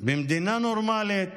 במדינה נורמלית,